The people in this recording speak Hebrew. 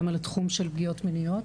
גם על התחום של פגיעות מיניות.